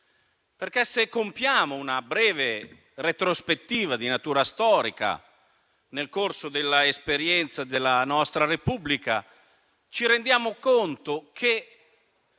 Se compiamo una breve retrospettiva di natura storica nel corso della esperienza della nostra Repubblica, ci rendiamo conto che